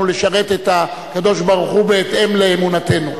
לשרת את הקדוש-ברוך-הוא בהתאם לאמונתנו.